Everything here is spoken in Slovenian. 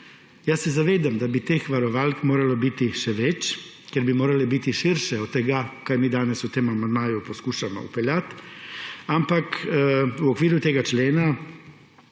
Jaz se zavedam, da bi teh varovalk moralo biti še več, ker bi morale biti širše od tega, kaj mi danes v tem amandmaju poskušamo vpeljati, ampak v okviru tega člena